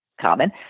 common